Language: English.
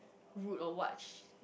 road or wash